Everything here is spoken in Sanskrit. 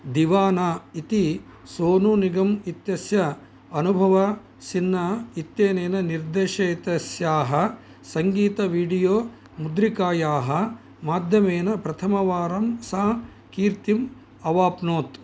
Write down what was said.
दीवाना इति सोनूनिगम् इत्यस्य अनुभव सिंहा इत्यनेन निर्देशितस्याः सङ्गीत वीडियो मुद्रिकायाः माध्यमेन प्रथमवारं सा कीर्तिम् अवाप्नोत्